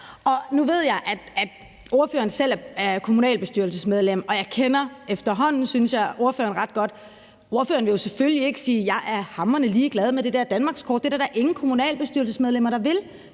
Nu ved jeg, at ordføreren selv er kommunalbestyrelsesmedlem, og jeg kender efterhånden, synes jeg, ordføreren ret godt. Ordføreren vil jo selvfølgelig ikke sige: Jeg er hamrende ligeglad med det der danmarkskort. Det er der da ingen kommunalbestyrelsesmedlemmer der vil.